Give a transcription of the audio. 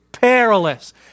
perilous